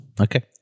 okay